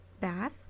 bath